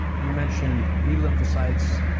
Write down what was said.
you mentioned b lymphocytes,